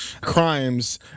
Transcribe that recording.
crimes